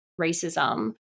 racism